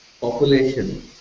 population